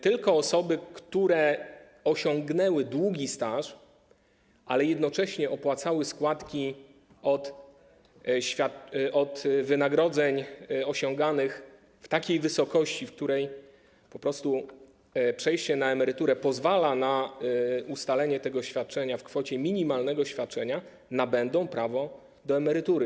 Tylko osoby, które osiągnęły długi staż, ale jednocześnie opłacały składki od wynagrodzeń osiąganych w takiej wysokości, w której przejście na emeryturę pozwala po prostu na ustalenie tego świadczenia w kwocie minimalnego świadczenia, nabędą prawo do emerytury.